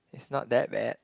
it's not that bad